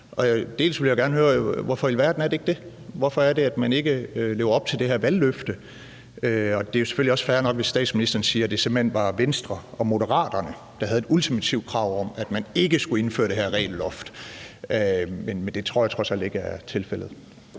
Der vil jeg gerne høre: Hvorfor i alverden er det ikke det? Hvorfor er det, at man ikke lever op til det her valgløfte? Det er jo selvfølgelig også fair nok, hvis statsministeren siger, at det simpelt hen var Venstre og Moderaterne, der havde et ultimativt krav om, at man ikke skulle indføre det her regelloft, men det tror jeg trods alt ikke er tilfældet.